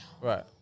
Right